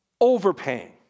overpaying